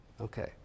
Okay